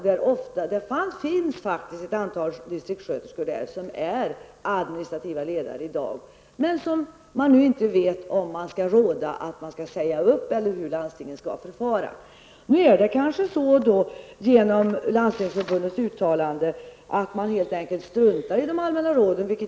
Där finns faktiskt ett antal distriktssköterskor som i dag fungerar som administrativa ledare. Nu vet man inte om man skall föreslå att de skall sägas upp eller hur landstingen skall förfara. Till följd av Landstingsförbundets uttalande struntar man kanske helt i de allmänna råden.